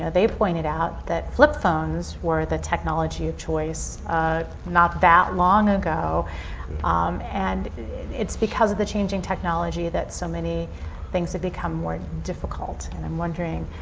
ah they pointed out that flip phones were the technology of choice not that long ago um and it's because of the changing technology that so many things have become more difficult. and i'm wondering